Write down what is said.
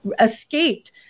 escaped